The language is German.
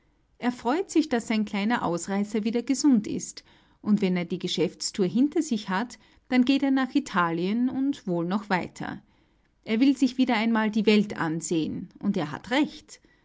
er freut sich daß sein kleiner ausreißer wieder gesund ist und wenn er die geschäftstour hinter sich hat dann geht er nach italien und wohl noch weiter er will sich wieder einmal die welt ansehen und er hat recht